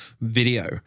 video